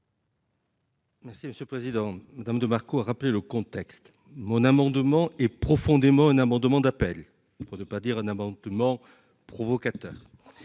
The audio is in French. Merci monsieur le président, dame de Marco, a rappelé le contexte mon amendement est profondément un amendement d'appel pour ne pas dire un amendement provocateur